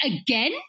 again